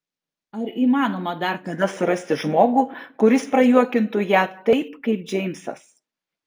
ar įmanoma dar kada surasti žmogų kuris prajuokintų ją taip kaip džeimsas